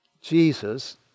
Jesus